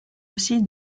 aussi